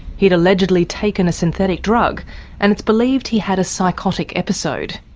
he'd allegedly taken a synthetic drug and it's believed he had a psychotic episode.